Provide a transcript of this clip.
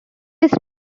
his